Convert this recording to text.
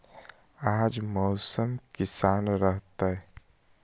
आज मौसम किसान रहतै?